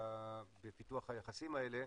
בפיתוח היחסים האלה,